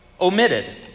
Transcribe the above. Omitted